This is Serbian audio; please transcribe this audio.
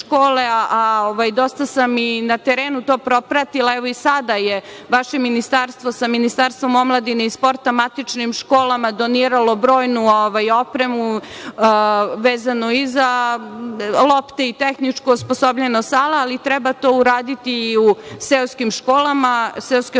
a dosta sam i na terenu to propratila, evo i sada je vaše Ministarstvo sa Ministarstvom omladine i sporta matičnim školama doniralo brojnu opremu vezanu i za lopte i tehnički osposobljene sale, ali treba to uraditi i u seoskim školama. Seoske škole